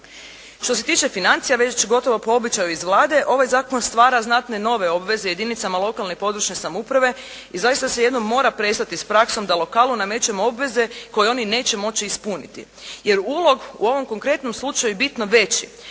Što se tiče financija već gotovo po običaju iz Vlade ovaj zakon stvara znatne nove obveze jedinicama lokalne, područne samouprave i zaista se jednom mora prestati s praksom da lokalu namećemo obveze koje oni neće moći ispuniti. Jer ulog u ovom konkretnom slučaju bitno veći.